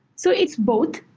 so it's both.